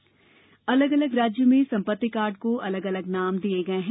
संपत्ति कार्ड अलग अलग राज्यों में संपत्ति कार्ड को अलग अलग नाम दिए गए हैं